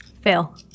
Fail